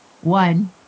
one